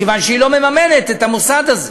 מכיוון שהיא לא מממנת את המוסד הזה,